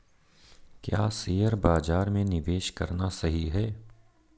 क्या शेयर बाज़ार में निवेश करना सही है?